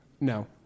No